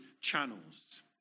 channels